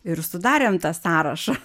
ir sudarėm tą sąrašą